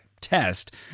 test